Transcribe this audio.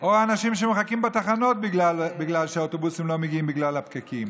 או של האנשים שמחכים בתחנות בגלל שהאוטובוסים לא מגיעים בגלל הפקקים.